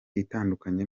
itandukanye